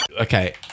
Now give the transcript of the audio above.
Okay